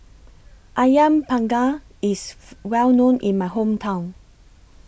Ayam Panggang IS Well known in My Hometown